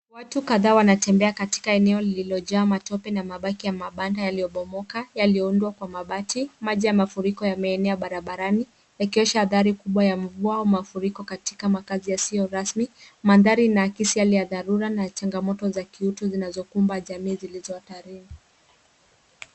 Watu kadhaa wanatembea katika eneo lililojaa matope na mabaki ya mabanda yaliobomoka yaliyoundwa kwa mabati. Maji ya mafuriko yameenea barabarani yakiosha hadhari kubwa ya mvua mafuriko katika makazi yasiyo rasmi. Mandhari inaakisi yale ya dharura na changamoto za kiutu zinazokumba jamii zilizo hatarini.